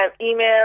email